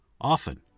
Often